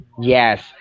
yes